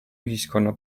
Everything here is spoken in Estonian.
ühiskonna